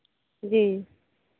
जी